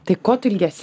tai ko tu ilgiesi